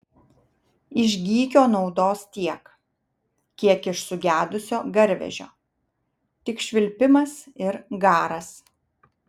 iš gykio naudos tiek kiek iš sugedusio garvežio tik švilpimas ir garas